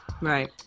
Right